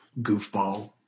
goofball